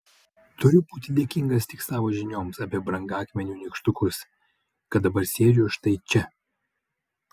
turiu būti dėkingas tik savo žinioms apie brangakmenių nykštukus kad dabar sėdžiu štai čia